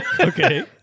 Okay